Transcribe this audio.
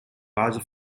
larger